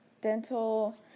dental